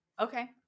okay